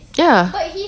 ya